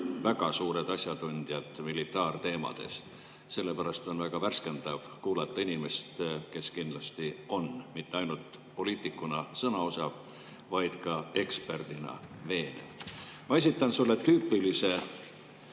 väga suured asjatundjad militaarteemadel, sellepärast on väga värskendav kuulata inimest, kes kindlasti on mitte ainult poliitikuna sõnaosav, vaid ka eksperdina veenev. Ma esitan sulle tüüpilise